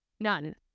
none